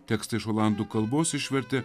tekstą iš olandų kalbos išvertė